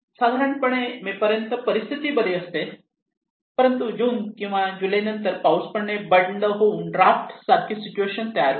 साधारणपणे मे पर्यंत परिस्थिती बरी असते परंतु जून किंवा जुलैनंतर पाऊस पडणे बंद होऊन ड्राफ्ट सारखी सिच्युएशन तयार होते